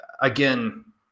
again